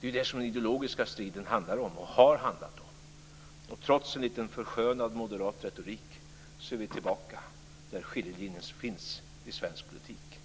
Det är detta som den ideologiska striden handlar om och har handlat om. Trots en lite förskönad moderat retorik är vi tillbaka där skiljelinjen finns i svensk politik.